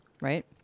right